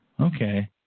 Okay